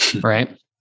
Right